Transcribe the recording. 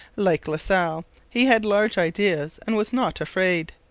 like la salle he had large ideas and was not afraid.